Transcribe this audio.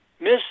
Miss